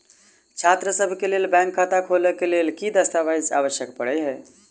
छात्रसभ केँ लेल बैंक खाता खोले केँ लेल केँ दस्तावेज केँ आवश्यकता पड़े हय?